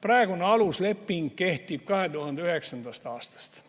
Praegune alusleping kehtib 2009. aastast.